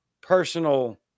personal